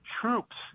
Troops